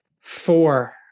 four